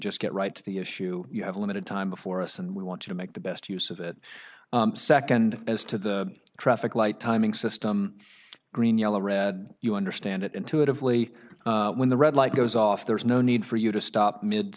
just get right to the issue you have a limited time before us and we want to make the best use of it second as to the traffic light timing system green yellow red you understand it intuitively when the red light goes off there's no need for you to stop mid